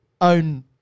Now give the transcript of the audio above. own